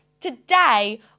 Today